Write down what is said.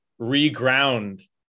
reground